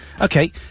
Okay